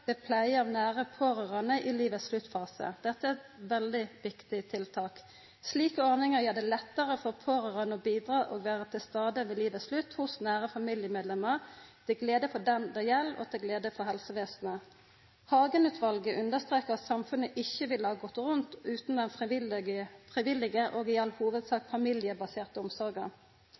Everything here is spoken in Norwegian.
av nære pårørande i livets sluttfase. Dette er eit veldig viktig tiltak. Slike ordningar gjer det lettare for pårørande å bidra og vera til stades ved livets slutt hos nære familiemedlemmer, til glede for dei det gjeld, og til glede for helsevesenet. Hagen-utvalet understrekar at samfunnet ikkje ville ha gått rundt utan den frivillige og i all hovudsak familiebaserte omsorga.